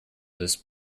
this